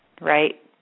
right